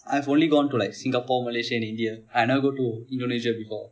I have only gone to like Singapore Malaysia and India I never go to Indonesia before